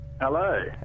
Hello